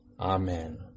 Amen